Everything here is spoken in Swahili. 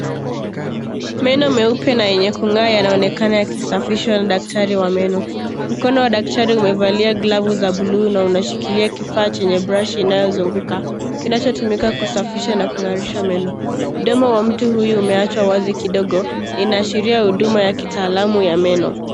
Meno meupe na yenye kungaa, yanaonekana yakisafishwa na daktari wa meno. Mkono wa daktari umevalia glavu za bluu na umeshikilia kifaa chenye brashi inayozunguka. Kinachotumika kusafisha na kungarisha meno. Mdomo wa mtu huyu umeachwa wazi kidogo, inaashiria huduma ya kitaalamu ya meno.